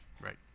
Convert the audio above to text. Right